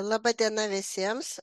laba diena visiems